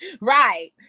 Right